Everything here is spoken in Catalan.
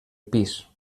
pis